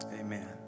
Amen